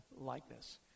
likeness